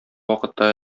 вакытта